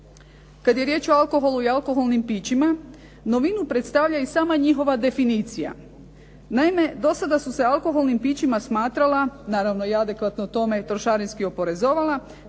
Kada je riječ o alkoholu i alkoholnim pićima novinu predstavlja i sama njihova definicija. Naime, do sada su se alkoholnim pićima smatrala, naravno i adekvatno tome i trošarinski oporezovala